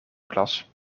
klas